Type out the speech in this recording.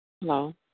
Hello